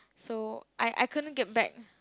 so I I couldn't get back